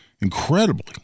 incredibly